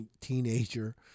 teenager